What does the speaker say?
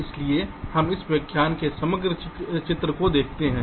इसलिए हम इस व्याख्यान में समग्र चित्र को देखते हैं